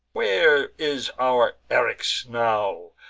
where is our eryx now,